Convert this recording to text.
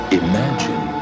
imagine